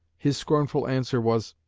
his scornful answer was,